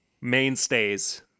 mainstays